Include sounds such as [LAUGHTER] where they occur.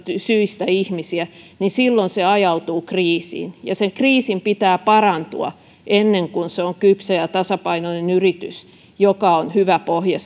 syistä ihmisiä silloin se ajautuu kriisiin ja sen kriisin pitää parantua ennen kuin se on kypsä ja tasapainoinen yritys joka on hyvä pohja [UNINTELLIGIBLE]